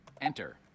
Enter